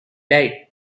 died